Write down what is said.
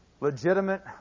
legitimate